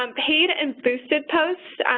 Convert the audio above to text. um paid and boosted posts.